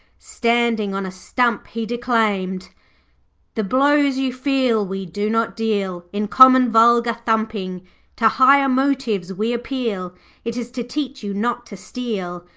standing on a stump, he declaimed the blows you feel we do not deal in common, vulgar thumping to higher motives we appeal it is to teach you not to steal,